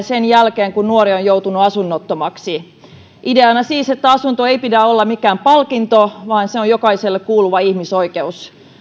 sen jälkeen kun nuori on joutunut asunnottomaksi ideana siis että asunnon ei pidä olla mikään palkinto vaan se on jokaiselle kuuluva ihmisoikeus